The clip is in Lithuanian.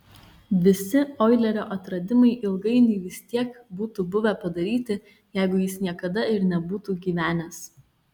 visi oilerio atradimai ilgainiui vis tiek būtų buvę padaryti jeigu jis niekada ir nebūtų gyvenęs